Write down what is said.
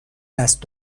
دست